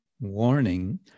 warning